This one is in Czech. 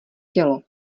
tělo